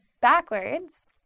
backwards